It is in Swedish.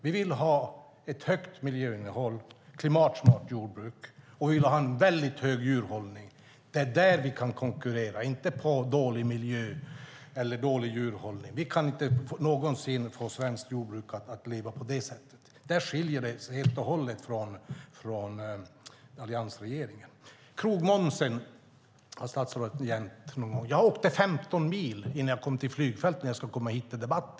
Vi vill ha ett högt miljöinnehåll, ett klimatsmart jordbruk och höga krav på djurhållning. Där kan vi konkurrera, inte med dålig miljö eller dålig djurhållning. Vi kan aldrig någonsin få svenskt jordbruk att leva på det sättet. Där skiljer vi oss helt och hållet från alliansregeringen. Statsrådet har nämnt krogmomsen. Jag åkte 15 mil till flygfältet för att komma till denna debatt.